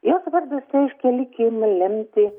jos vardas reiškia likimą lemtį